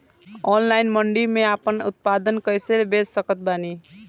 Online मंडी मे आपन उत्पादन कैसे बेच सकत बानी?